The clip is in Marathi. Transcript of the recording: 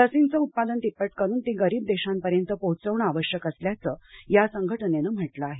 लसींच उत्पादन तिप्पट करून ती गरीब देशांपर्यंत पोहोचवणं आवश्यक असल्याचं या संघटनेनं म्हटलं आहे